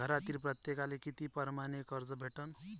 घरातील प्रत्येकाले किती परमाने कर्ज भेटन?